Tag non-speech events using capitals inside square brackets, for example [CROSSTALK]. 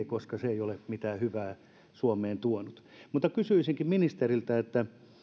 [UNINTELLIGIBLE] koska se ei ole mitään hyvää suomeen tuonut mutta kysyisinkin ministeriltä että